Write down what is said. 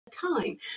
time